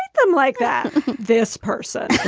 them like that, this person.